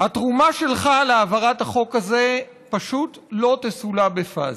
התרומה שלך להעברת החוק הזה פשוט לא תסולא בפז.